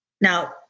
Now